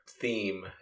theme